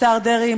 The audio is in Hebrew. השר דרעי,